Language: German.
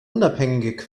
unabhängige